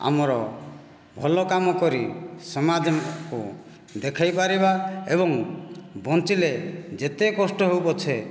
ଆମର ଭଲ କାମ କରି ସମାଜକୁ ଦେଖାଇ ପାରିବା ଏବଂ ବଞ୍ଚିଲେ ଯେତେ କଷ୍ଟ ହେଉ ପଛେ